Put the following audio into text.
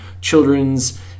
children's